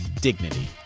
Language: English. dignity